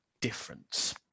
difference